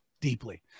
deeply